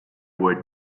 were